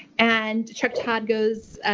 and chuck todd goes,